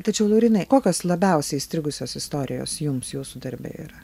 tačiau laurynai kokios labiausiai įstrigusios istorijos jums jūsų darbe yra